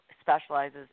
specializes